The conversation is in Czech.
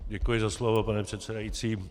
Děkuji za slovo, paní předsedající.